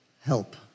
help